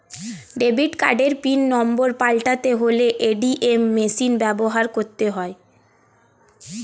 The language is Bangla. ডেবিট কার্ডের পিন নম্বর পাল্টাতে হলে এ.টি.এম মেশিন ব্যবহার করতে হয়